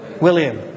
William